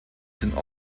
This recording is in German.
sind